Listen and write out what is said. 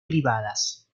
privadas